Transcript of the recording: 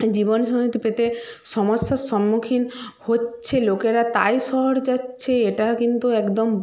জীবনসঙ্গী তো পেতে সমস্যার সম্মুখীন হচ্ছে লোকেরা তাই শহরে যাচ্ছে এটা কিন্তু একদম